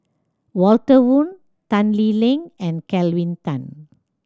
Walter Woon Tan Lee Leng and Kelvin Tan